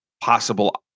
possible